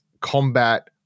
combat